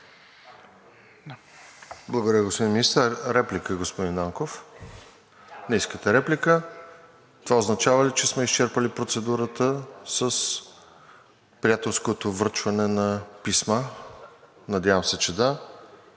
Благодаря, господин Министър. Реплика, господин Нанков? Не искате. Това означава ли, че сме изчерпали процедурата с приятелското връчване на писма? Надявам се, че да.